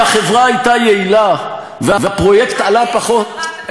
אם החברה הייתה יעילה והפרויקט עלה פחות,